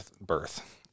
birth